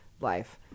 life